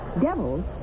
Devils